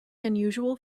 unusual